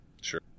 Sure